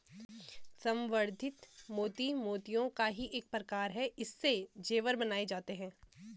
संवर्धित मोती मोतियों का ही एक प्रकार है इससे जेवर बनाए जाते हैं